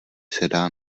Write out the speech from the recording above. sedá